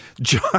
John